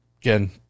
again